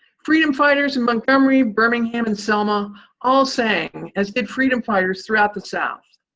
freedom fighters in montgomery, birmingham, and selma all sang, as did freedom fighters throughout the south.